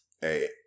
Hey